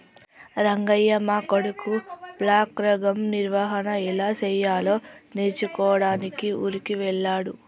రంగయ్య మా కొడుకు బ్లాక్గ్రామ్ నిర్వహన ఎలా సెయ్యాలో నేర్చుకోడానికి ఊరికి వెళ్ళాడు